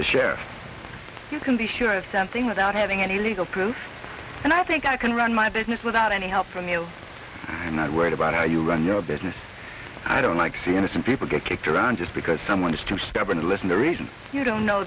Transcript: the sheriff you can be sure of something without having any legal proof and i think i can run my business without any help from you i'm not worried about how you run your business i don't like to see innocent people get kicked around just because someone is too stubborn to listen to reason you don't know